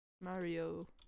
Mario